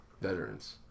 veterans